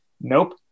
Nope